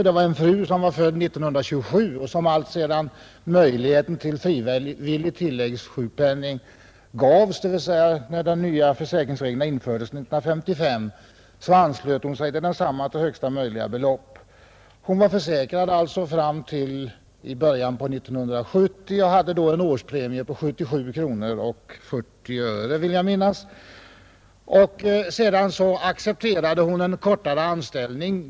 Det var en fru som var född 1927 och som när Fredagen den möjlighet till frivillig tilläggssjukpenning gavs, dvs. när de nya försäkrings 23 april 1971 reglerna infördes 1955, anslöt sig till denna försäkring till högsta möjliga belopp. Hon var alltså försäkrad fram till början av 1970 och hade då en Ang. avgiftstarifferårspremie på kronor 77:40. na för den frivilliga Sedan accepterade hon en kortare anställning.